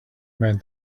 meant